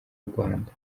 rwanda